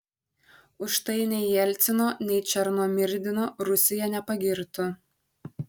už tai nei jelcino nei černomyrdino rusija nepagirtų